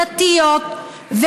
דתיות,